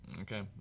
Okay